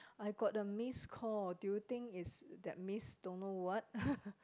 I got a missed call do you think it's that miss don't know what